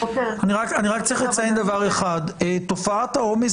אני צריך לציין דבר אחד: תופעת העומס